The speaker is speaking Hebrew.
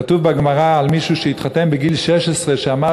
כתוב בגמרא על מישהו שהתחתן בגיל 16 ואמר,